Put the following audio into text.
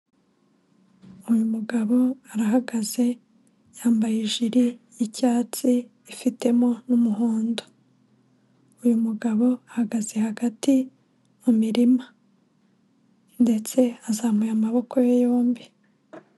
Uyu mugabo arahagaze yambaye ijiri y'icyatsi ifitemo n'umuhondo, uyu mugabo ahagaze hagati mu mirima ndetse azamuye amaboko ye yombi.